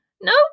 nope